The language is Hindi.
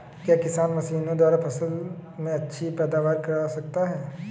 क्या किसान मशीनों द्वारा फसल में अच्छी पैदावार कर सकता है?